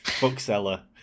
bookseller